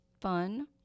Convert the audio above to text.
fun